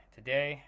today